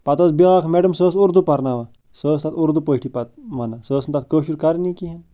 پتہٕ ٲسۍ بیٛاکھ میڈم سَہ ٲس اُردو پَرناوان سۄ ٲس تِتھ اُردو پٲٹھی پتہٕ وَنان سۄ ٲس نہٕ تَتھ کٲشُر کرنی کِہیٖنۍ